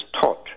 taught